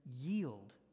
Yield